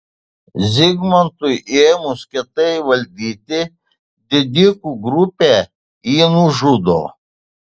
zigmantui ėmus kietai valdyti didikų grupė jį nužudo